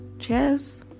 Cheers